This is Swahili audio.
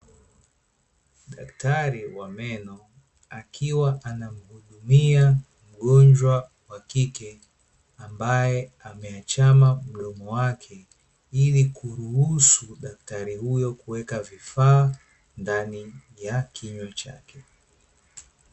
Daktari wa meno akiwa anamhudumia mgonjwa wa kike ambaye ameachama mdomo wake, ili kuruhusu daktari huyo kuweka vifaa ndani ya kinywa chake.